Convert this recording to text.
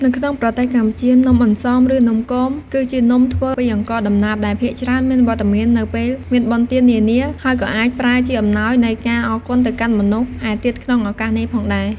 នៅក្នុងប្រទេសកម្ពុជា នំអន្សម ឬ នំគមគឺជានំធ្វើពីអង្ករដំណើប ដែលភាគច្រើនមានវត្តមាននៅពេលមានបុណ្យទាននានា ហើយក៏អាចប្រើជាអំណោយនៃការអរគុណទៅកាន់មនុស្សឯទៀតក្នុងឱកាសនេះផងដែរ។